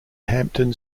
hampden